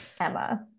Emma